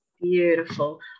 beautiful